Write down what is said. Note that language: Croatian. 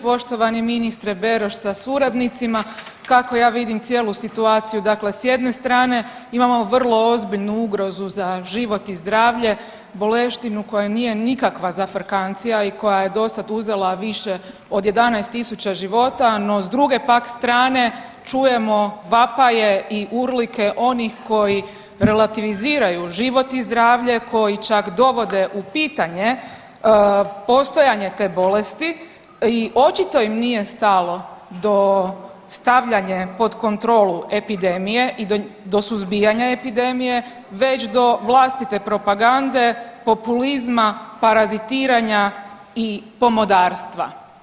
Poštovani ministre Beroš sa suradnicima, kako ja vidim cijelu situaciju dakle s jedne strane imamo vrlo ozbiljnu ugrozu za život i zdravlje, boleštinu koja nije nikakva zafrkancija i koja je dosada uzela više od 11.000 života, no s druge pak strane čujemo vapaje i urlike onih koji relativiziraju život i zdravlje, koji čak dovode u pitanje postojanje te bolesti i očito im nije stalo dao stavljanje pod kontrolu epidemije i do suzbijanja epidemije već do vlastite propagande, populizma, parazitiranja i pomodarstva.